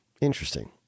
interesting